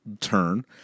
turn